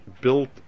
built